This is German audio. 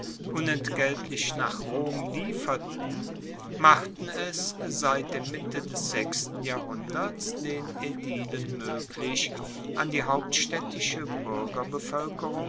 unentgeltlich nach rom lieferten machten es seit der mitte des sechsten jahrhunderts den aedilen moeglich an die